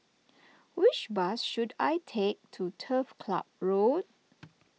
which bus should I take to Turf Club Road